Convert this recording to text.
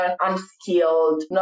unskilled